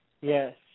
Yes